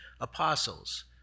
Apostles